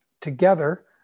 Together